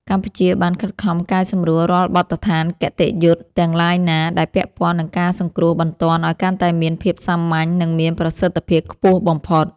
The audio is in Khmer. កម្ពុជាបានខិតខំកែសម្រួលរាល់បទដ្ឋានគតិយុត្តិទាំងឡាយណា ដែលពាក់ព័ន្ធនឹងការសង្គ្រោះបន្ទាន់ឱ្យកាន់តែមានភាពសាមញ្ញ និងមានប្រសិទ្ធភាពខ្ពស់បំផុត។